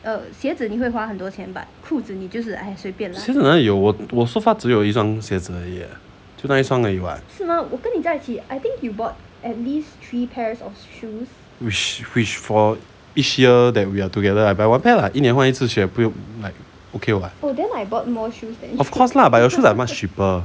鞋子哪里有我我 so far 只有一双鞋子而已 leh 就那一双而已 [what] which which for each year that we are together I buy one pair lah 一年换一次鞋不用 like okay [what] of course lah but yours shoes are much cheaper